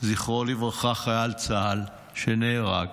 נהרג חייל צה"ל, זכרו לברכה, 600 הרוגים,